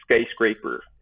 skyscraper